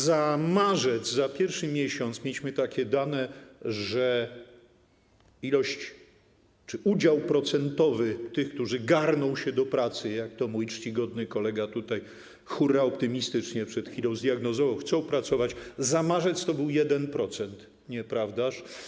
Za marzec, za pierwszy miesiąc mieliśmy takie dane, że ilość czy udział procentowy tych, którzy garną się do pracy - jak to mój czcigodny kolega tutaj hurraoptymistycznie przed chwilą zdiagnozował - chcą pracować, wynosił 1%, nieprawdaż?